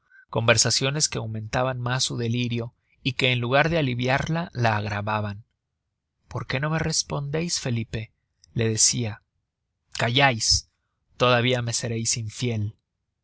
conversaciones que aumentaban mas su delirio y que en lugar de aliviarla la agravaban por qué no me respondeis felipe le decia callais todavia me sereis infiel